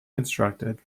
constructed